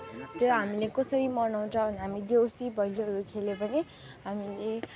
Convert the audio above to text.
त्यो हामीले कसरी मनाउँछ भने हामीले देउसी भैलोहरू खेल्यो भने हामीले